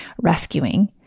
rescuing